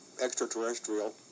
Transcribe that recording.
extraterrestrial